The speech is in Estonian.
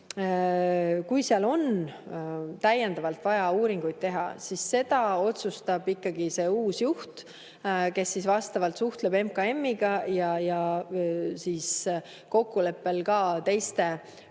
kui seal on täiendavalt vaja uuringuid teha, siis seda otsustab ikkagi uus juht, kes vastavalt suhtleb MKM-iga ja kokkuleppel ka teiste